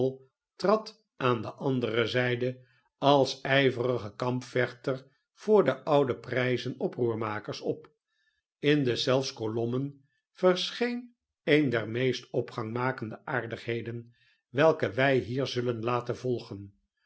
aan de andere zijde als ijverige kampvechter voor de o p oproermakers op in deszelfs kolommen verscheen een der meest opgang makende aardigheden welke wij hier zullen laten volgen